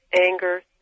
anger